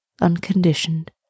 unconditioned